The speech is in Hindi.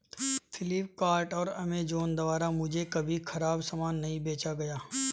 फ्लिपकार्ट और अमेजॉन द्वारा मुझे कभी खराब सामान नहीं बेचा गया